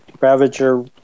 Ravager